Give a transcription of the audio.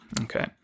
Okay